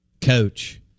coach